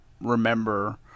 remember